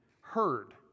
heard